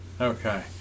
Okay